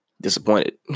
disappointed